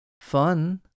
fun